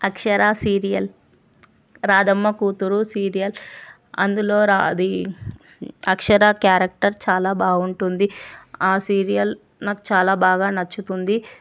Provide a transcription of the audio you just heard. అక్షర serial Radhammakuthuru serial అందులో రా అది అక్షర క్యారెక్టర్ చాలా బాగుంటుంది ఆ సీరియల్ నాకు చాలా బాగా నచ్చుతుంది